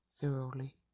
Thoroughly